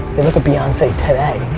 the look at beyonce today.